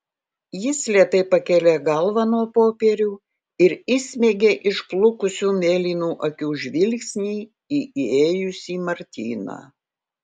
jis lėtai pakėlė galvą nuo popierių ir įsmeigė išblukusių mėlynų akių žvilgsnį į įėjusį martyną